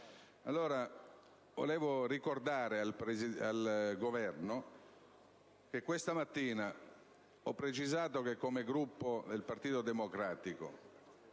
Patria. Volevo ricordare al Governo che questa mattina ho precisato che, come Gruppo del Partito Democratico,